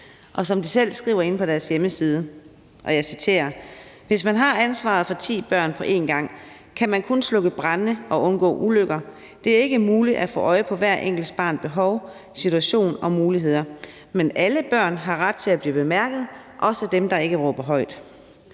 og de selv skriver inde på deres hjemmeside – og jeg citerer: »Hvis man har ansvaret for 10 børn på en gang, kan man kun slukke brande og undgå ulykker – det er ikke muligt at få øje på hver enkelt barns behov, situation og muligheder. Men alle børn har ret til at blive bemærket – også dem der ikke råber højt.«